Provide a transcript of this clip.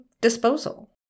disposal